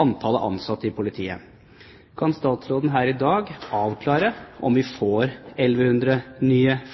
antallet ansatte i politiet. Kan statsråden her i dag avklare om vi får 1 100